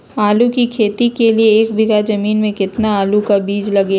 आलू की खेती के लिए एक बीघा जमीन में कितना आलू का बीज लगेगा?